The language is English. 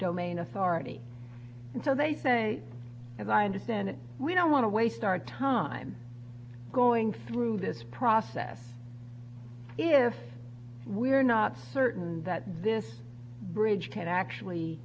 domain authority and so they say as i understand it we don't want to waste our time going through this process if we're not certain that this bridge can actually